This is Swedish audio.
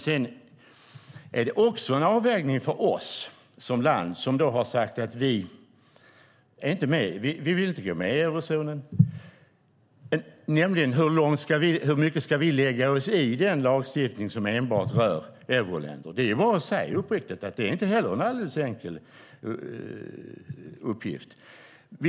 Det är också en avvägning för oss som land, som har sagt att vi inte vill gå med i eurozonen. Hur långt ska vi lägga oss i den lagstiftning som rör enbart euroländer? Det är bara att uppriktigt säga att det inte är en alldeles enkel uppgift.